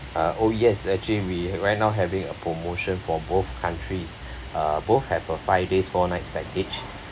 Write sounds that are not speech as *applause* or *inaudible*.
uh oh yes actually we have now having a promotion for both countries *breath* uh both have a five days four nights package